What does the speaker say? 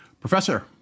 Professor